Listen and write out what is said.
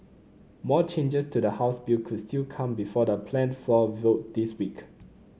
more changes to the House bill could still come before the planned floor vote this week